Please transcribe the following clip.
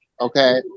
Okay